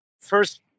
first